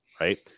right